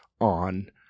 on